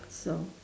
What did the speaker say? so